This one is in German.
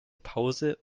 pause